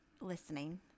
listening